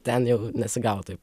ten jau nesigavo taip